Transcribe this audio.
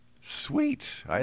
Sweet